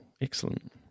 excellent